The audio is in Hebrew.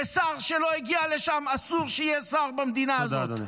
ושר שלא הגיע לשם, אסור שיהיה שר במדינה הזאת.